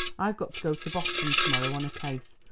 i've got to go to boston to-morrow on a case,